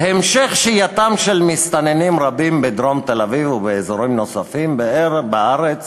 "המשך שהייתם של מסתננים רבים בדרום תל-אביב ובאזורים נוספים בארץ